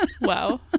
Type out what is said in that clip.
wow